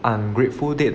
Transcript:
ungrateful date